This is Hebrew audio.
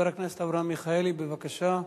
חבר הכנסת אברהם מיכאלי, בבקשה.